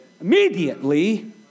Immediately